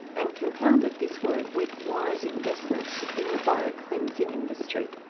and compounded this work with wise investments in the bio-cleansing industry.